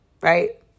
right